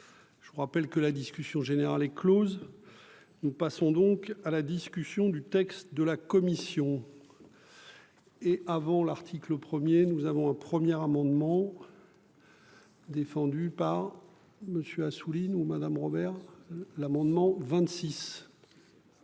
Je vous rappelle que la discussion générale est Close. Nous passons donc à la discussion du texte de la commission. Et avant l'article 1er, nous avons un premier amendement. Défendu par monsieur Assouline ou Madame Robert. L'amendement 26. À